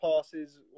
passes